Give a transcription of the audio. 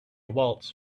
waltz